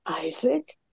Isaac